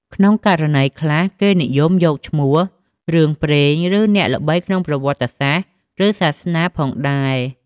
ក្នុងករណីខ្លះ គេនិយមយកឈ្មោះតាមរឿងព្រេង ឬអ្នកល្បីក្នុងប្រវត្តិសាស្ត្រឬសាសនាផងដែរ។